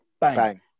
bang